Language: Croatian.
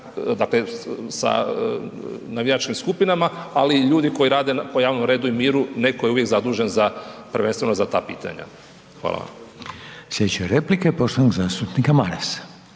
dakle sa navijačkim skupinama. Ali ljudi koji rade po javnom redu i miru, netko je uvijek zadužen prvenstveno za ta pitanja. Hvala vam. **Reiner, Željko (HDZ)** Sljedeća replika je poštovanog zastupnika Marasa.